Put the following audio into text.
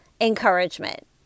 encouragement